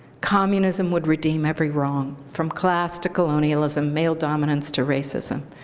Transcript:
communism would redeem every wrong from class to colonialism, male dominance to racism.